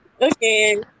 Okay